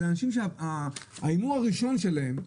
אלה אנשים שההימור הראשון שלהם,